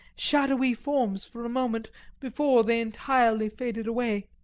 shadowy forms for a moment before they entirely faded away.